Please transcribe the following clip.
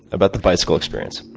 about the bicycle experience.